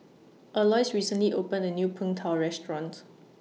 Alois recently opened A New Png Tao Restaurant